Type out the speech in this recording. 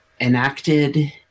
enacted